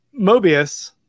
Mobius